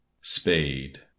Spade